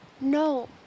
No